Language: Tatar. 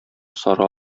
сары